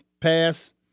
pass